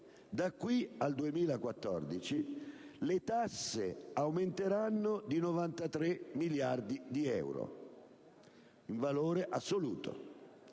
da qui al 2014 le tasse aumenteranno di 93 miliardi euro, in valore assoluto: